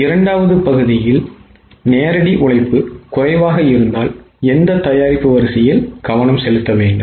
இரண்டாவது பகுதியில் நேரடி உழைப்பு குறைவாக இருந்தால் எந்த தயாரிப்பு வரிசையில் கவனம் செலுத்த வேண்டும்